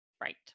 Right